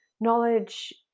knowledge